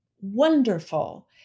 wonderful